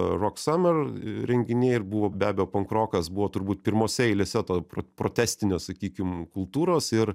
rok samer renginyje ir buvo be abejo pankrokas buvo turbūt pirmose eilėse to pro protestinio sakykim kultūros ir